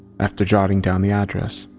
after jotting down the address,